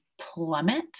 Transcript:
plummet